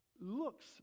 looks